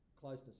closeness